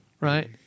right